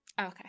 okay